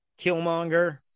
Killmonger